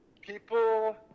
people